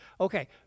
Okay